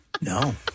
No